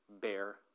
bear